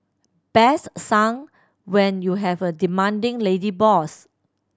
best sung when you have a demanding lady boss